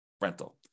rental